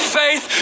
faith